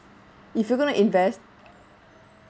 if you're going to invest